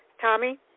Tommy